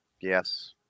yes